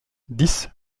dix